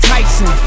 Tyson